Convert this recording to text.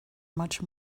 much